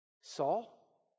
Saul